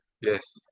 Yes